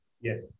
Yes